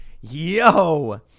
Yo